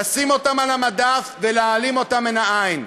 לשים אותן על המדף ולהעלים אותן מן העין?